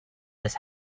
this